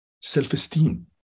self-esteem